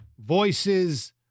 voices